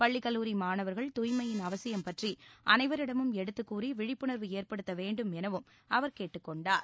பள்ளி கல்லூரி மாணவர்கள் தூய்மையின் அவசியம் பற்றி அனைவரிடமும் எடுத்துக் கூறி விழிப்புணர்வு ஏற்படுத்த வேண்டும் எனவும் அவர் கேட்டுக் கொண்டார்